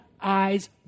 eyes